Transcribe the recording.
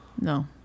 No